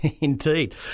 Indeed